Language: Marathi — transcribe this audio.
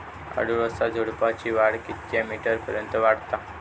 अडुळसा झुडूपाची वाढ कितक्या मीटर पर्यंत वाढता?